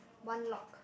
one lock